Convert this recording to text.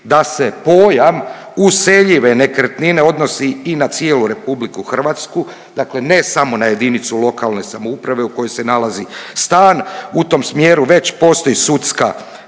da se pojam useljive nekretnine odnosi i na cijelu RH dakle ne samo na jedinicu lokalne samouprave u kojoj se nalazi stan. U tom smjeru već postoji sudska